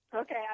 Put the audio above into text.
Okay